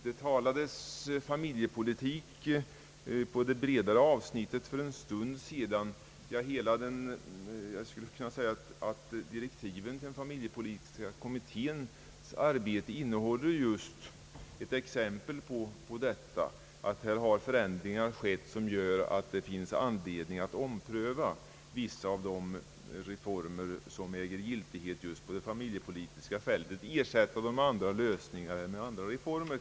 Det talades familjepolitik för en stund sedan. Ja, jag kan säga att direktiven till den familjepolitiska kommittén just innehåller ett exempel på att förändringar har skett, som gör att det finns anledning att ompröva vissa reformer på det familjepolitiska fältet och ersätta dem med andra lösningar eller kanske andra reformer.